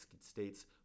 states